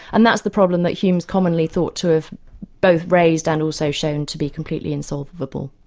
and that's the problem that hume's commonly thought to have both raised and also shown to be completely insolvable.